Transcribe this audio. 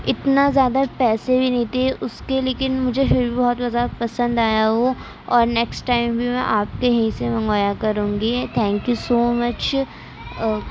اتنا زیادہ پیسے بھی نہیں تھے اس کے لیکن مجھے پھر بھی بہت زیادہ پسند آیا وہ اور نیکسٹ ٹائم بھی میں آپ کے یہیں سے منگوایا کروں گی thank you so much okay